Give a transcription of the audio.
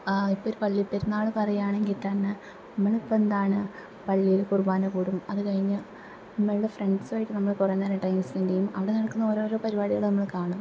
ഇപ്പം ഒരു പള്ളി പെരുന്നാള് പറയുകയാണെങ്കിൽ തന്നെ നമ്മൾ ഇപ്പം എന്താണ് പള്ളിയിൽ കുർബാന കൂടും അത് കഴിഞ്ഞ് നമ്മളുടെ ഫ്രണ്ട്സായിട്ട് നമ്മള് കുറെ നേരം ടൈം സ്പെൻഡ് ചെയ്യും അവിടെ നടക്കുന്ന ഓരോരോ പരിപാടികള് നമ്മള് കാണും